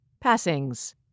Passings